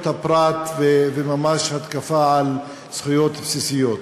הפרט וממש התקפה על זכויות בסיסיות.